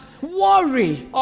worry